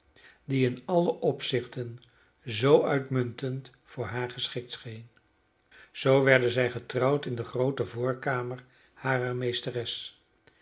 die in alle opzichten zoo uitmuntend voor haar geschikt scheen zoo werden zij getrouwd in de groote voorkamer harer meesteres